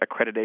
Accreditation